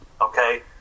Okay